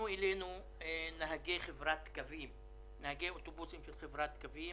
אלינו נהגי אוטובוסים של חברת קווים.